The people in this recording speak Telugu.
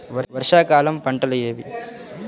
వర్షాకాలం పంటలు ఏవి?